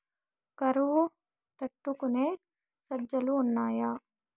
కరువు తట్టుకునే సజ్జలు ఉన్నాయా